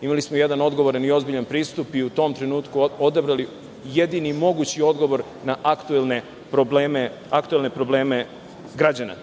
imali smo jedan odgovoran i ozbiljan pristup i u tom trenutku odabrali jedini mogući odgovor na aktuelne probleme građana.